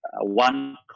one